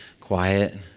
quiet